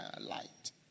Light